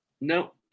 No